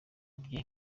bye